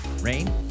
Rain